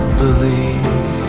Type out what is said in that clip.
believe